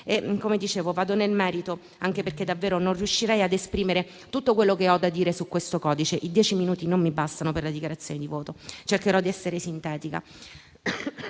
Come dicevo, vado nel merito, anche perché davvero non riuscirei ad esprimere tutto quello che ho da dire su questo codice. I dieci minuti non mi bastano per la dichiarazione di voto e cercherò di essere sintetica.